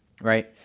right